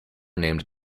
named